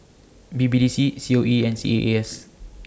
B B D C C O E and C A A S